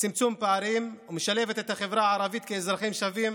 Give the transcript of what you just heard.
וצמצום פערים ומשלבת את החברה הערבית כאזרחים שווים,